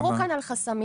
דיברו כאן על חסמים.